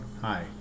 Hi